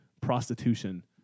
prostitution